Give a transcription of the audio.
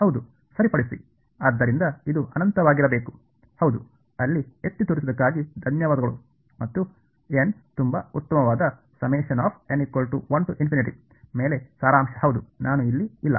ಹೌದು ಸರಿಪಡಿಸಿ ಆದ್ದರಿಂದ ಇದು ಅನಂತವಾಗಿರಬೇಕು ಹೌದು ಅಲ್ಲಿ ಎತ್ತಿ ತೋರಿಸಿದ್ದಕ್ಕಾಗಿ ಧನ್ಯವಾದಗಳು ಮತ್ತು ಏನ್ ತುಂಬಾ ಉತ್ತಮವಾದ ಮೇಲೆ ಸಾರಾಂಶ ಹೌದು ನಾನು ಇಲ್ಲಿ ಇಲ್ಲ